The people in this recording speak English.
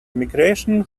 migration